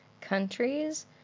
countries